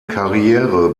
karriere